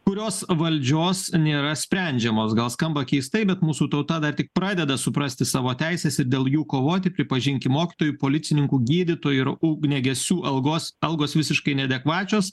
kurios valdžios nėra sprendžiamos gal skamba keistai bet mūsų tauta dar tik pradeda suprasti savo teises ir dėl jų kovoti pripažinkim mokytojų policininkų gydytojų ir ugniagesių algos algos visiškai neadekvačios